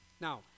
Now